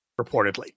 reportedly